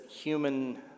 human